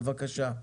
בבקשה.